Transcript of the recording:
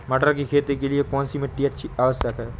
मटर की खेती के लिए कौन सी मिट्टी आवश्यक है?